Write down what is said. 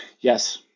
Yes